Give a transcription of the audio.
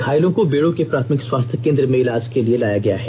घायलों को बेड़ो के प्राथमिक स्वास्थ्य केंद्र में इलाज के लिए लाया गया है